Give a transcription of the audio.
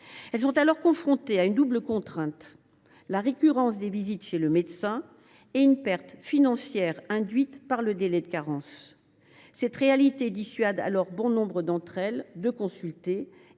Elles sont alors confrontées à une double contrainte : la récurrence des visites chez le médecin et une perte financière induite par le délai de carence. Cette réalité dissuade bon nombre d’entre elles de consulter